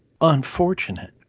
unfortunate